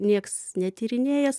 nieks netyrinėjęs